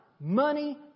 Money